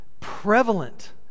prevalent